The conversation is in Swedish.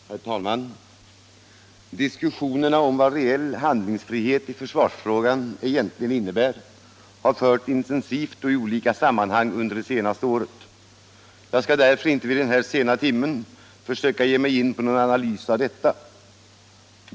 Herr talman! Diskussionerna om vad reell handlingsfrihet i försvarsfrågan egentligen innebär har förts intensivt och i olika sammanhang under det senaste året. Jag skall därför inte vid denna sena timme försöka ge mig in på någon analys av detta.